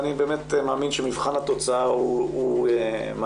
אני באמת מאמין שמבחן התוצאה הוא מה